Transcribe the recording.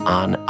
on